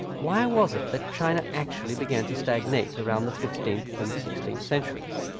why was it that china actually began to stagnate around the fifteenth and sixteenth centuries?